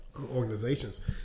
organizations